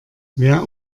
wer